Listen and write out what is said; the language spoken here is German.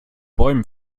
bäumen